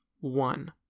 one